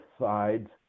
sides